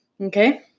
Okay